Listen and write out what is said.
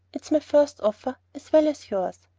it's my first offer as well as yours.